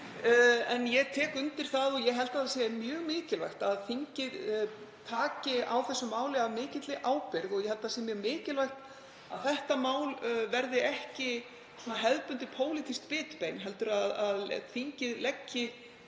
Ég tek undir það og ég held að það sé mjög mikilvægt að þingið taki á þessu máli af mikilli ábyrgð. Ég held að það sé mjög mikilvægt að frumvarpið verði ekki hefðbundið pólitískt bitbein heldur að þingið leggi